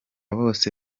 bose